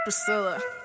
Priscilla